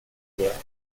guerre